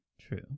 True